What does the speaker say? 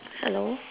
hello